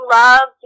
love